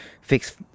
fix